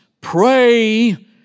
pray